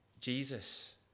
Jesus